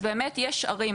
אז באמת יש ערים,